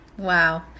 Wow